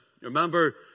Remember